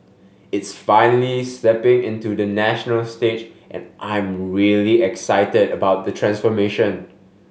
it's finally stepping into the national stage and I'm really excited about the transformation